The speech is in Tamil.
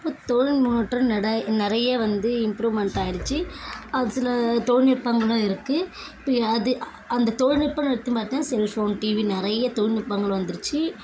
இப்போ தொழில் முன்னேற்றம் நடை நிறைய வந்து இம்ப்ரூவ்மென்ட் ஆயிடுச்சு அது சில தொழில்நுட்பங்களும் இருக்குது இப்போ அது அந்த தொழில்நுட்பம்னு எடுத்து பார்த்தா செல்ஃபோன் டிவி நிறைய தொழிநுட்பங்கள் வந்துருச்சு